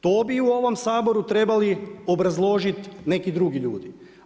To bi u ovom Saboru trebali obrazložiti neki drugi ljudi.